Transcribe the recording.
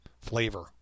flavor